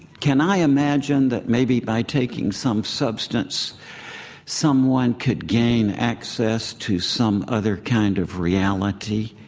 can i imagine that maybe by taking some substance someone could gain access to some other kind of reality?